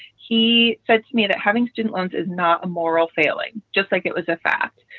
he said to me that having student loans is not a moral failing, just like it was a fact.